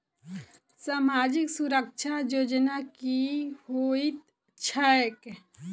सामाजिक सुरक्षा योजना की होइत छैक?